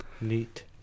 Neat